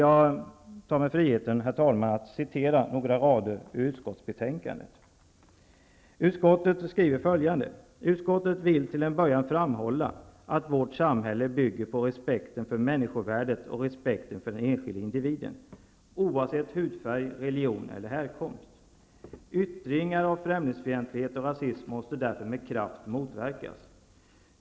Jag tar mig friheten att citera några rader ur utskottsbetänkandet: ''Utskottet vill till en början framhålla att vårt samhälle bygger på respekten för människovärdet och respekten för den enskilda individen, oavsett hudfärg, religion eller härkomst. Yttringar av främlingsfientlighet och rasism måste därför med kraft motverkas.